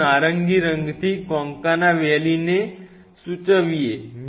ચાલો નારંગી રંગથી કોન્કાના વેલીને સૂચવીએ